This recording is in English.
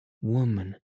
woman